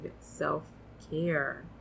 self-care